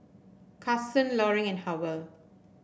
Carsen Loring and Howell